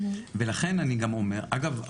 אגב,